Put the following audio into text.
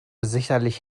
sicherlich